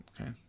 Okay